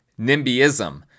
NIMBYism